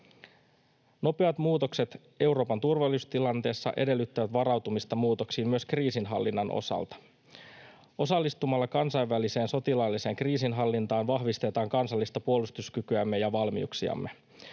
Nopeat muutokset Euroopan turvallisuustilanteessa edellyttävät varautumista muutoksiin myös kriisinhallinnan osalta. Osallistumalla kansainväliseen sotilaalliseen kriisinhallintaan vahvistetaan kansallista puolustuskykyämme ja valmiuksiamme.